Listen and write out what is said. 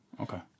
Okay